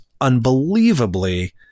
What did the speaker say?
unbelievably